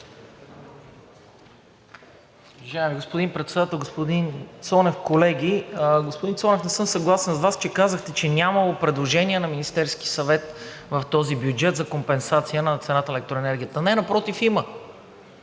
Уважаеми господин Председател, господин Цонев, колеги! Господин Цонев, не съм съгласен с Вас, че казахте, че нямало предложение на Министерския съвет в този бюджет за компенсация на цената на електроенергията. Не, напротив, има